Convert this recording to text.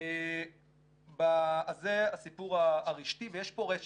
זה הסיפור הרשתי ויש פה רשת,